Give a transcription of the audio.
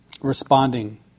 responding